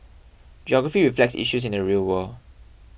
geography reflects issues in the real world